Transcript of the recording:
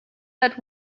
that